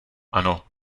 ano